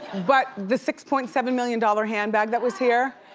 but the six point seven million dollars handbag that was here.